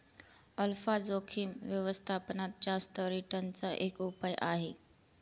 alpha जोखिम व्यवस्थापनात जास्त रिटर्न चा एक उपाय आहे